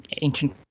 ancient